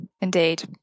indeed